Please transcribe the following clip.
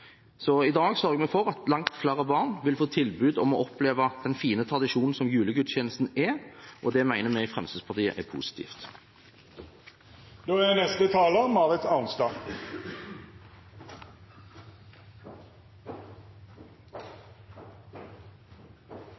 for at langt flere barn vil få tilbud om å oppleve den fine tradisjonen som julegudstjenesten er, og det mener vi i Fremskrittspartiet er positivt. Jeg slutter meg til det som en lang rekke talere har sagt, at det er